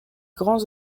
grands